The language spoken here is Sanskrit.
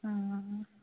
हा